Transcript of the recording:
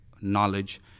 knowledge